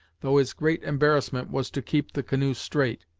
though his great embarrassment was to keep the canoe straight.